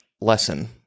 lesson